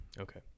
Okay